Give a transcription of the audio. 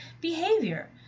behavior